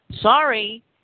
Sorry